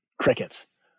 Crickets